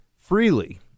freely